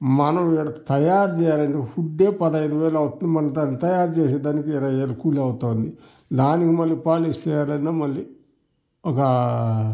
మనం ఇక్కడ తయారు చేయాలంటే వుడ్డే పదఐదువేలు అవుతుంది మళ్ళీ తయారు చేసేదానికి ఇరవైవేలు కూలి అవుతుంది దానికి మళ్ళీ పాలిష్ చేయలన్నా మళ్ళీ ఒక